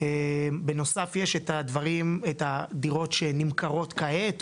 בנוסף יש את הדירות שנמכרות כעת,